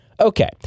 Okay